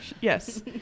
Yes